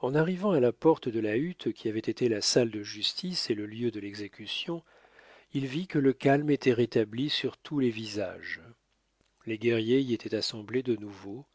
en arrivant à la porte de la hutte qui avait été la salle de justice et le lieu de l'exécution il vit que le calme était rétabli sur tous les visages les guerriers y étaient assemblés de nouveau